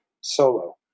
solo